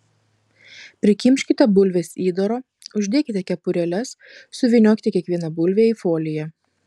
prikimškite bulves įdaro uždėkite kepurėles suvyniokite kiekvieną bulvę į foliją